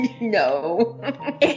No